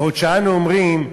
בעוד אנו אומרים,